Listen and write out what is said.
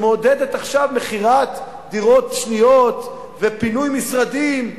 שמעודדת עכשיו מכירת דירות שניות ופינוי משרדים,